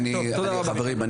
חברים,